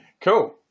Cool